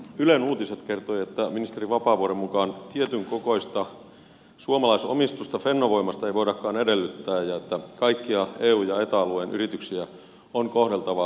ylen uutiset kertoi että ministeri vapaavuoren mukaan tietynkokoista suomalaisomistusta fennovoimasta ei voidakaan edellyttää ja että kaikkia eu ja eta alueen yrityksiä on kohdeltava samalla tavalla